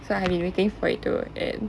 so I have been waiting for it to end